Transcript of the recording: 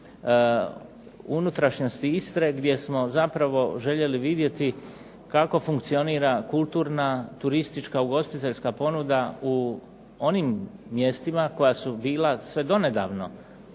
unutrašnjosti Istre gdje smo zapravo željeli vidjeti kako funkcionira kulturna, turistička ugostiteljska ponuda u onim mjestima koja su bila sve donedavno